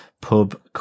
pub